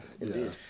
Indeed